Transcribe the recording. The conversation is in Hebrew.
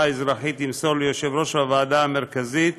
האזרחית ימסור ליושב-ראש הוועדה המרכזית